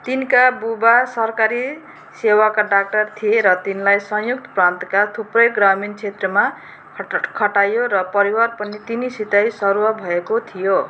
तिनका बुबा सरकारी सेवाका डाक्टर थिए र तिनलाई संयुक्त प्रान्तका थुप्रै ग्रामीण क्षेत्रमा खटाइयो र परिवार पनि तिनीसितै सरुवा भएको थियो